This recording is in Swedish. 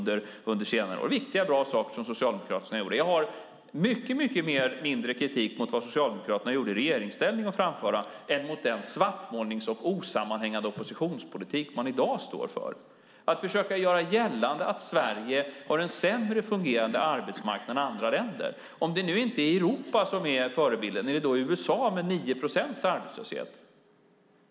Detta är viktiga och bra saker som Socialdemokraterna har gjort. Jag har mycket mindre kritik mot vad Socialdemokraterna gjorde i regeringsställning att framföra än mot den svartmålnings och osammanhängande oppositionspolitik som man i dag står för. Man försöker göra gällande att Sverige har en sämre fungerande arbetsmarknad än andra länder. Om det nu inte är Europa som är förebilden, är det då USA med 9 procents arbetslöshet?